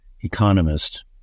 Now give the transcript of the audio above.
economist